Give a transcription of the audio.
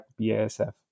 BASF